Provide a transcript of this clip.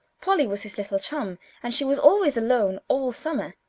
polly was his little chum and she was always alone all summer,